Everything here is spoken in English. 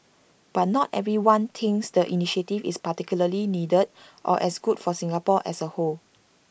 but not everyone thinks the initiative is particularly needed or as good for Singapore as A whole